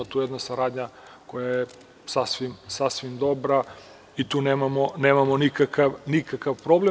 To je jedna saradnja koja je sasvim dobra i tu nemamo nikakav problem.